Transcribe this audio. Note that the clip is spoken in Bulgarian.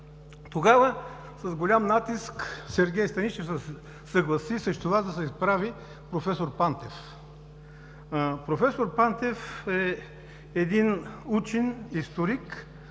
Тогава с голям натиск Сергей Станишев се съгласи срещу Вас да се изпрати проф. Пантев. Проф. Пантев е един учен, историк,